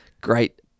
great